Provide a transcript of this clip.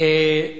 אנחנו עוברים,